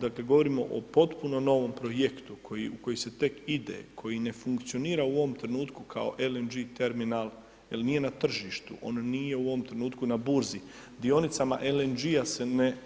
Dakle, govorimo o potpuno novom projektu koji, u koji se tek ide, koji ne funkcionira u ovom trenutku kao LNG terminal jer nije na tržištu, on nije u ovom trenutku na burzi, dionicama LNG-a se ne